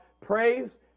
praise